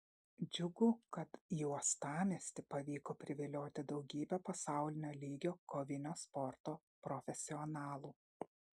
džiugu kad į uostamiestį pavyko privilioti daugybę pasaulinio lygio kovinio sporto profesionalų